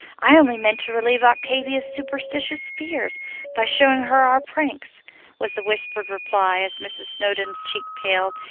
i only meant to relieve octavia's superstitious fears by showing her our pranks was the whispered reply as mrs. snowdon's cheek paled,